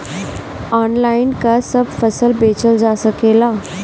Online का सब फसल बेचल जा सकेला?